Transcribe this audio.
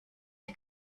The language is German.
der